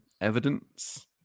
evidence